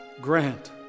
grant